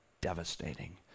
devastating